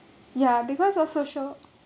ya because of social